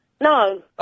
No